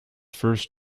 first